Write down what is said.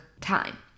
time